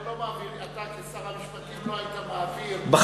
אתה כשר המשפטים לא היית מעביר בוועדת השרים.